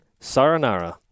Saranara